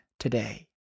Today